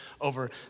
over